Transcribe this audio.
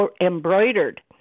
embroidered